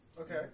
Okay